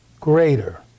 Greater